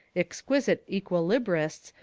exquisite equilibrists,